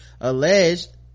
alleged